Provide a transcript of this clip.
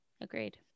Agreed